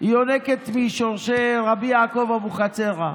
היא יונקת משורשי רבי יעקב אבוחצירא,